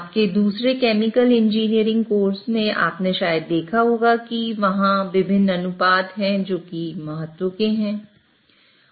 आपके दूसरे chemical engineering course में आपने शायद देखा होगा कि वहां विभिन्न अनुपात हैं जो कि महत्व के हैं